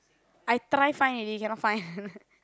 I try find already cannot find